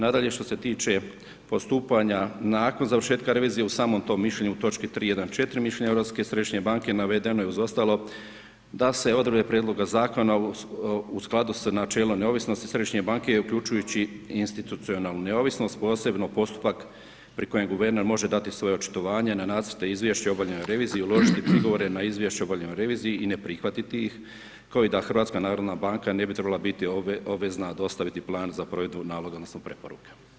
Nadalje što se tiče postupanja nakon završetka revizije u samom tom mišljenju, točki 314. mišljenja Europske središnje banke, navedeno je uz ostalo da se odredbe prijedloga zakona u skladu sa načelom neovisnosti Središnje banke uključujući institucionalnu neovisnost, posebno postupak pri kojem guverner može dati svoje očitovanje na nacrte izvješća o obavljenoj reviziji uložiti prigovore na izvješće o obavljenoj reviziji i ne prihvatiti ih kao i da HNB ne bi trebala biti obvezna dostaviti plan za provedbu naloga odnosno preporuka.